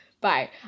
Bye